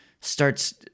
starts